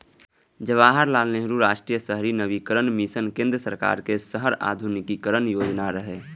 जवाहरलाल नेहरू राष्ट्रीय शहरी नवीकरण मिशन केंद्र सरकार के शहर आधुनिकीकरण योजना रहै